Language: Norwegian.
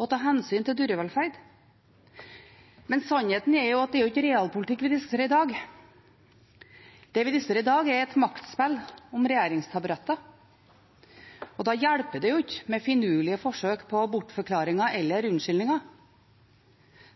og ta hensyn til dyrevelferd. Sannheten er at det er ikke realpolitikk vi diskuterer i dag. Det vi diskuterer i dag, er et maktspill om regjeringstaburetter, og da hjelper det ikke med finurlige forsøk på bortforklaringer eller unnskyldninger.